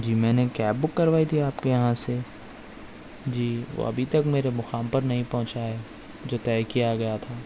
جی میں نے cab book کروائی تھی آپ کے یہاں سے جی وہ ابھی تک میرے مقام پر نہیں پہنچا ہے جو طے کیا گیا تھا